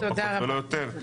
לא פחות ולא יותר,